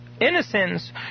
innocence